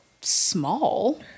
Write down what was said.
small